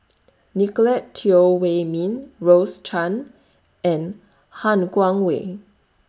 Nicolette Teo Wei Min Rose Chan and Han Guangwei